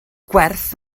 gwerth